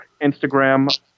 Instagram